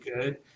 good